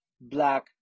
black